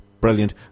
Brilliant